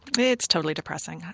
it's totally depressing.